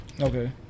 Okay